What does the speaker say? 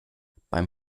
beim